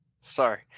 Sorry